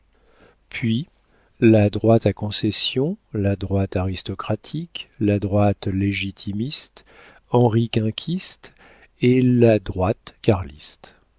puis la droite à concessions la droite aristocratique la droite légitimiste henriquinquiste et la droite